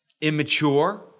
immature